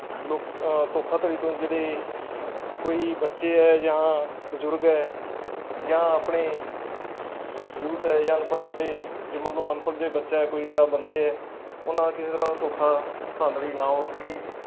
ਲੋਕ ਧੋਖਾਧੜੀ ਤੋਂ ਜਿਹੜੇ ਕੋਈ ਬੱਚੇ ਆ ਜਾਂ ਬਜ਼ੁਰਗ ਹੈ ਜਾਂ ਆਪਣੇ ਯੂਥ ਹੈ ਜਾਂ ਅਨਪੜ੍ਹ ਸਾਡੇ ਜੇ ਮੰਨ ਲਓ ਅਨਪੜ੍ਹ ਜੇ ਬੱਚਾ ਕੋਈ ਜਾਂ ਉਹ ਬੰਦੇ ਹੈ ਉਹਨਾਂ ਕਿਸੇ ਤਰ੍ਹਾਂ ਦਾ ਧੋਖਾ ਧਾਂਦਲੀ ਨਾ ਹੋ ਸਕੇ